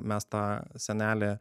mes tą senelį